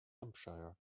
hampshire